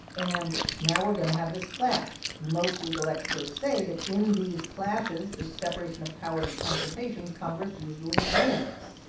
and now we're going to have this clash. most legal experts say that in these clashes, this separation of powers confrontations, congress usually wins.